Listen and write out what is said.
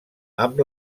amb